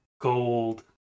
gold